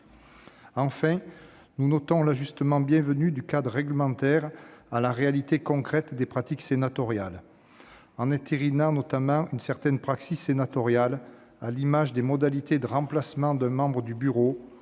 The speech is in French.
enfin à ajuster de façon bienvenue le cadre réglementaire à la réalité concrète des pratiques sénatoriales, en entérinant une certaine sénatoriale, à l'image des modalités de remplacement d'un membre du bureau